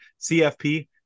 CFP